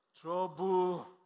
trouble